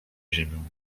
ziemią